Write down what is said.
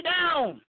down